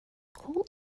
cold